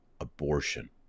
abortion